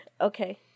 Okay